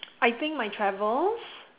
I think my travels